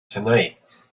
tonight